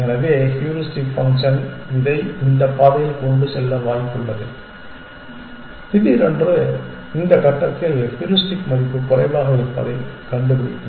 எனவே heuristic function இதை இந்த பாதையில் கொண்டு செல்ல வாய்ப்புள்ளது திடீரென்று இந்த கட்டத்தில் ஹூரிஸ்டிக் மதிப்பு குறைவாக இருப்பதைக் கண்டுபிடிக்கும்